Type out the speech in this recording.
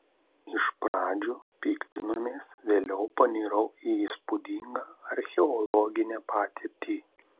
iš pradžių piktinomės vėliau panirau į įspūdingą archeologinę patirtį